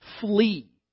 flee